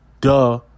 Duh